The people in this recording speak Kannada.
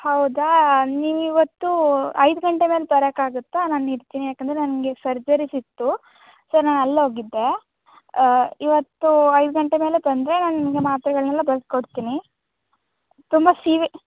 ಹೌದಾ ನೀವಿವತ್ತು ಐದು ಗಂಟೆ ಮೇಲೆ ಬರಕ್ಕಾಗತ್ತಾ ನಾನಿರ್ತೀನಿ ಯಾಕಂದರೆ ನನಗೆ ಸರ್ಜರೀಸಿತ್ತು ಸೊ ನಾನು ಅಲ್ಲೋಗಿದ್ದೆ ಇವತ್ತು ಐದು ಗಂಟೆ ಮೇಲೆ ಬಂದರೆ ನಾನು ನಿಮಗೆ ಮಾತ್ರೆಗಳನ್ನೆಲ್ಲ ಬರ್ದ್ಕೊಡ್ತೀನಿ ತುಂಬ ಸೀ